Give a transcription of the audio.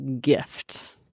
gift